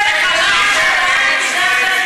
מחכה לך.